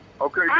Okay